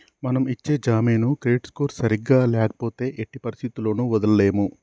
మనం ఇచ్చే జామీను క్రెడిట్ స్కోర్ సరిగ్గా ల్యాపోతే ఎట్టి పరిస్థతుల్లోను వదలలేము